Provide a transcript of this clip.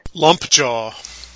Lumpjaw